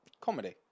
Comedy